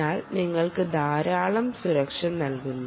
എന്നാൽ നിങ്ങൾക്ക് ധാരാളം സുരക്ഷ നൽകുന്നു